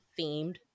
themed